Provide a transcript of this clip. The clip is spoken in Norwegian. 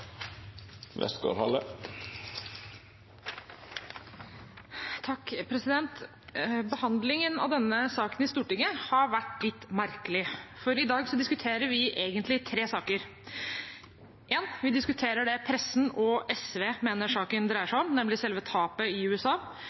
Behandlingen av denne saken i Stortinget har vært litt merkelig, for i dag diskuterer vi egentlig tre saker: Vi diskuterer det pressen og SV mener saken dreier seg om, nemlig selve tapet i USA.